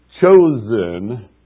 Chosen